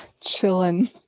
chilling